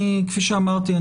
כפי שאמרתי,